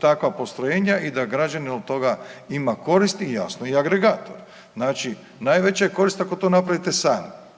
takva postrojenja i da građanin od toga ima koristi jasno i agregator. Znači najveća je korist ako to napravite sami